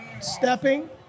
stepping